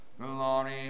Glory